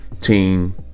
team